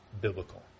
biblical